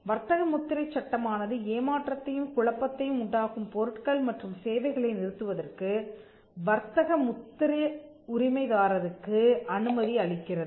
வர்த்தக முத்திரை சட்டமானது ஏமாற்றத்தையும் குழப்பத்தையும் உண்டாக்கும் பொருட்கள் மற்றும் சேவைகளை நிறுத்துவதற்கு வர்த்தக முத்திரை உரிமை தாரருக்கு அனுமதி அளிக்கிறது